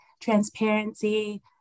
transparency